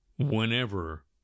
Whenever